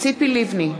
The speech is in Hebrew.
ציפי לבני,